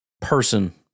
person